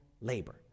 labor